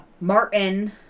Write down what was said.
martin